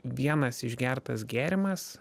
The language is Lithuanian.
vienas išgertas gėrimas